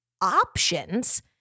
options